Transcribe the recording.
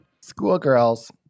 schoolgirls